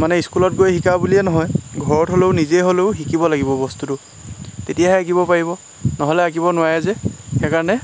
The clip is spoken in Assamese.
মানে স্কুলত গৈ শিকা বুলিয়ে নহয় ঘৰত হ'লেও নিজেই হ'লেও শিকিব লাগিব বস্তুটো তেতিয়াহে আঁকিব পাৰিব নহ'লে আঁকিব নোৱাৰে যে সেইকাৰণে